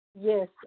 Yes